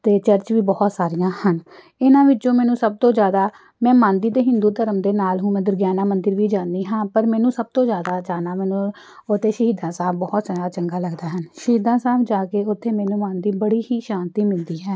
ਤੇ ਚਰਚ ਵੀ ਬਹੁਤ ਸਾਰੀਆਂ ਹਨ ਇਹਨਾਂ ਵਿੱਚੋਂ ਮੈਨੂੰ ਸਭ ਤੋਂ ਜਿਆਦਾ ਮੈਂ ਮੰਨਦੀ ਤੇ ਹਿੰਦੂ ਧਰਮ ਦੇ ਨਾਲ ਹੁਣ ਮੈਂ ਦਰਗਿਆਨਾ ਮੰਦਿਰ ਵੀ ਜਾਂਨੀ ਹਾਂ ਪਰ ਮੈਨੂੰ ਸਭ ਤੋਂ ਜ਼ਿਆਦਾ ਜਾਣਾ ਮੈਨੂੰ ਉੱਥੇ ਸ਼ਹੀਦਾਂ ਸਾਹਿਬ ਬਹੁਤ ਸੋਹਣਾ ਚੰਗਾ ਲੱਗਦਾ ਹਨ ਸ਼ਹੀਦਾਂ ਸਾਹਿਬ ਜਾ ਕੇ ਉੱਥੇ ਮੈਨੂੰ ਮਨ ਦੀ ਬੜੀ ਹੀ ਸ਼ਾਂਤੀ ਮਿਲਦੀ ਹੈ